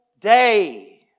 day